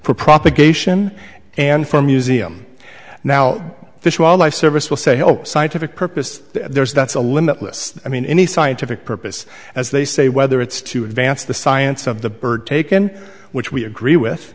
for propagation and for museum now this wildlife service will say all scientific purposes there is that's a limitless i mean any scientific purpose as they say whether it's to advance the science of the bird taken which we agree with